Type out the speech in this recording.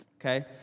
Okay